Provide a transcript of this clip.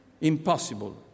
Impossible